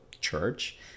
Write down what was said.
church